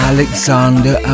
Alexander